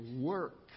work